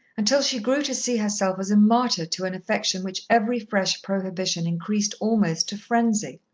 until she grew to see herself as a martyr to an affection which every fresh prohibition increased almost to frenzy.